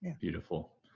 beautiful